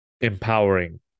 empowering